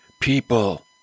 people